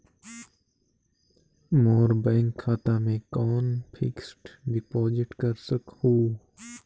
मोर bank खाता मे कौन फिक्स्ड डिपॉजिट कर सकहुं?